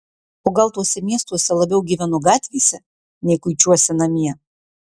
o gal tuose miestuose labiau gyvenu gatvėse nei kuičiuosi namie